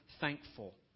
thankful